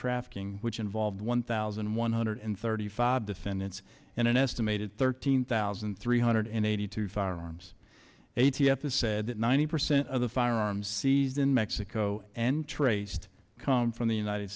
trafficking which involved one thousand one hundred thirty five defendants and an estimated thirteen thousand three hundred and eighty two firearms a t f this said that ninety percent of the firearms seized in mexico and traced come from the united